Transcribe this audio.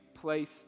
place